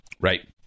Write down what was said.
Right